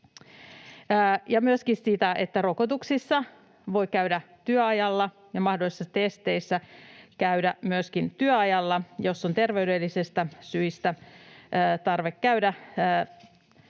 myöskin niin, että rokotuksissa voi käydä työajalla ja mahdollisissa testeissä voi käydä myöskin työajalla, jos on terveydellisistä syistä tarve käydä